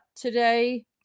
today